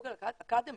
גוגל אקדמי,